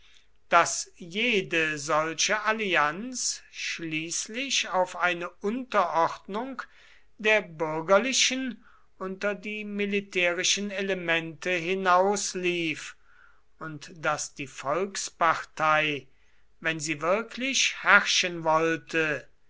daß jede solche allianz schließlich auf eine unterordnung der bürgerlichen unter die militärischen elemente hinauslief und daß die volkspartei wenn sie wirklich herrschen wollte